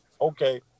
okay